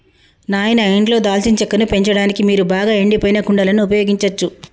నాయిన ఇంట్లో దాల్చిన చెక్కను పెంచడానికి మీరు బాగా ఎండిపోయిన కుండలను ఉపయోగించచ్చు